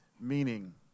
Meaning